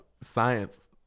Science